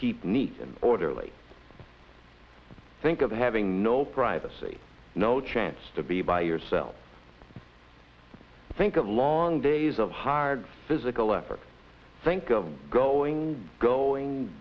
keep neat and orderly think of having no privacy no chance to be by yourself i think of long days of hard physical effort think of growing growing